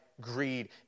greed